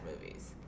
movies